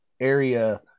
area